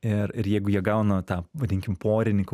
ir jeigu jie gauna tą vadinkim porininką